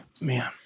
man